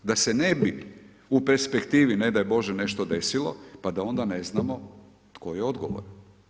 Da se ne bi u perspektivi ne daj Bože nešto desilo pa da onda ne znamo tko je odgovoran.